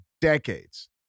decades